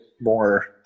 more